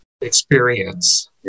experience